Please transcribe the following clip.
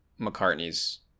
McCartney's